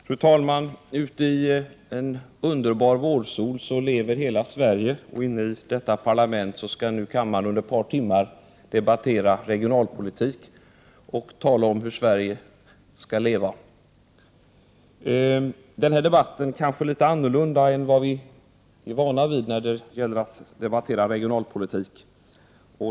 Fru talman! Ute i en underbar vårsol lever hela Sverige, och i detta parlament skall nu kammaren under ett par timmar debattera regionalpolitiken och tala om hur Sverige skall leva. Den här debatten blir kanske litet annorlunda jämfört med vad vi är vana vid när det gäller att debattera regionalpolitik.